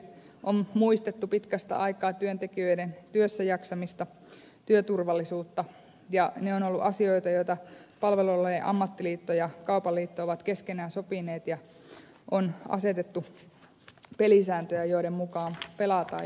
on muistettu pitkästä aikaa työntekijöiden työssäjaksamista työturvallisuutta ja ne ovat olleet asioita joita palvelualojen ammattiliitto ja kaupan liitto ovat keskenään sopineet ja on asetettu pelisääntöjä joiden mukaan pelataan ja mennään